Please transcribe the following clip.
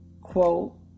quote